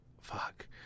fuck